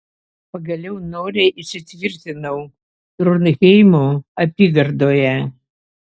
pagaliau noriai įsitvirtinau tronheimo apygardoje